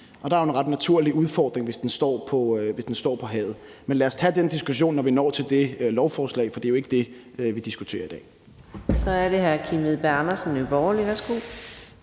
Og der er jo en ret naturlig udfordring, hvis den står på havet. Men lad os tage den diskussion, når vi når til det lovforslag, for det er jo ikke det, vi diskuterer i dag. Kl. 19:41 Fjerde næstformand